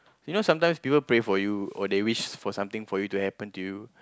you know sometimes people pray for you or they wish for something for you to happen for you